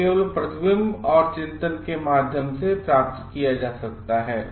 यह केवल प्रतिबिंब औरचिंतन केमाध्यम से प्राप्त किया जा सकता है